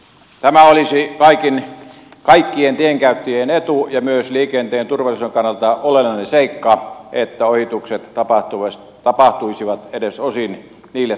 tämä olisi kaikkien tienkäyttäjien etu ja myös liikenteen turvallisuuden kannalta olennainen seikka että ohitukset tapahtuisivat edes osin niille tarkoitetuilla paikoilla